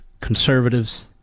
conservatives